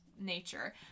nature